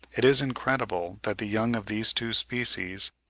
it is incredible that the young of these two species,